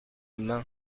main